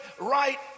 right